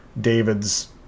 David's